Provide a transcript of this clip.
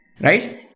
right